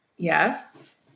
Yes